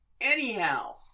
Anyhow